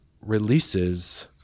releases